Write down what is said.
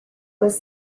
was